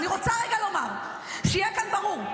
אבל אני רוצה לומר, שיהיה כאן ברור: